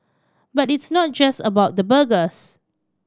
but it's not just about the burgers